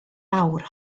awr